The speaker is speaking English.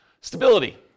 Stability